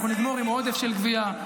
אנחנו נגמור עם עודף של גבייה,